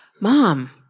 Mom